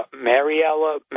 Mariella